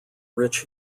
rich